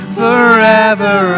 forever